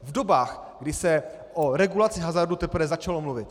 V dobách, kdy se o regulaci hazardu teprve začalo mluvit.